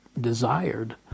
desired